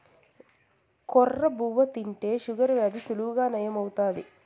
కొర్ర బువ్వ తింటే షుగర్ వ్యాధి సులువుగా నయం అవుతాది